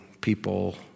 people